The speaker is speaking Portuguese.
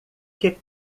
que